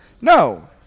No